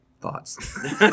thoughts